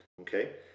okay